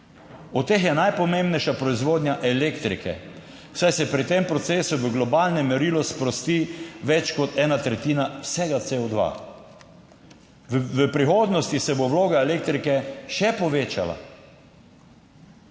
Od teh je najpomembnejša proizvodnja elektrike, saj se pri tem procesu v globalnem merilu sprosti več kot ena tretjina, vsega CO2. V prihodnosti se bo vloga elektrike še povečala.